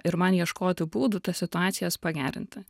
ir man ieškoti būdų tas situacijas pagerinti